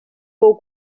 fou